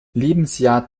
lebensjahr